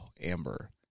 Amber